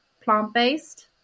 plant-based